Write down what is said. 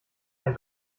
ein